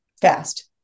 fast